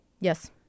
Yes